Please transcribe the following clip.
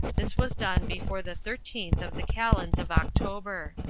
this was done before the thirteenth of the calends of october.